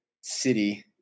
city